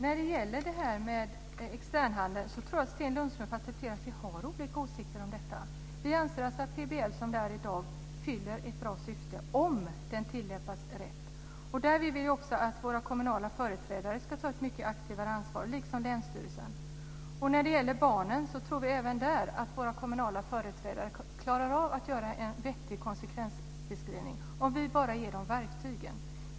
Fru talman! När det gäller externhandeln tror jag att Sten Lundström får acceptera att vi har olika åsikter. Vi anser att PBL i dag fyller ett bra syfte om den tillämpas rätt. Vi vill också att våra kommunala företrädare liksom länsstyrelserna ska ta ett mycket aktivare ansvar. Även när det gäller barnen tror vi att våra kommunala företrädare klarar att göra en vettig konsekvensbeskrivning, om vi bara ger dem verktygen för detta.